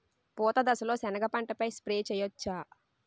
పూత దశలో సెనగ పంటపై స్ప్రే చేయచ్చా?